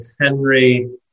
Henry